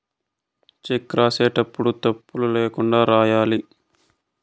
check రాసేటప్పుడు తప్పులు ల్యాకుండా రాయాలి